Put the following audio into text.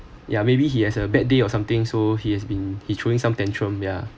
ya maybe he has a bad day or something so he has been he throwing some tantrum yeah